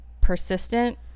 persistent